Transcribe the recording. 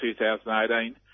2018